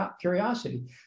curiosity